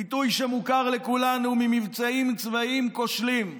ביטוי שמוכר לכולנו ממבצעים צבאיים כושלים,